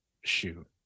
shoot